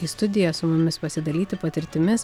į studiją su mumis pasidalyti patirtimis